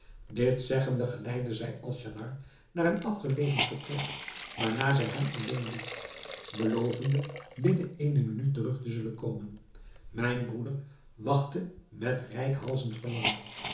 dit zeggende geleidde zij alnaschar naar een afgelegen vertrek waarna zij hem alleen liet belovende binnen ééne minuut terug te zullen komen mijn broeder wachtte met reikhalzend verlangen